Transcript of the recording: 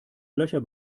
löcher